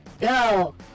go